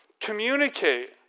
communicate